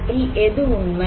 இவற்றுள் எது உண்மை